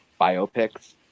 biopics